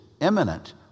imminent